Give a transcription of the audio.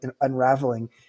unraveling